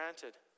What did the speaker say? granted